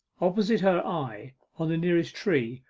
opposite her eye, on the nearest tree,